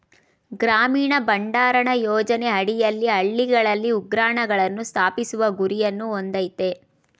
ಗ್ರಾಮೀಣ ಭಂಡಾರಣ ಯೋಜನೆ ಅಡಿಯಲ್ಲಿ ಹಳ್ಳಿಗಳಲ್ಲಿ ಉಗ್ರಾಣಗಳನ್ನು ಸ್ಥಾಪಿಸುವ ಗುರಿಯನ್ನು ಹೊಂದಯ್ತೆ